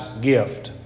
gift